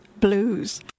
Blues